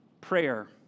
prayer